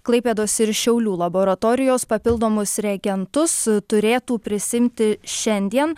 klaipėdos ir šiaulių laboratorijos papildomus reagentus turėtų prisiimti šiandien